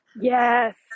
Yes